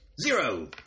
Zero